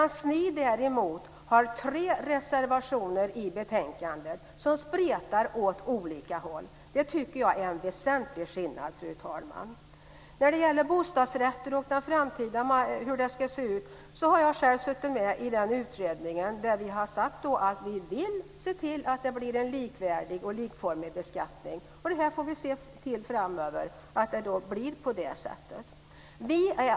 Ni däremot har avgett tre reservationer till betänkandet som spretar åt olika håll. Det tycker jag är en väsentlig skillnad. När det gäller bostadsrätter och hur det ska se ut i framtiden har jag själv suttit med i den utredning där vi har sagt att vi vill se till att det blir en likvärdig och likformig beskattning. Vi får då se till att det blir på det sättet framöver.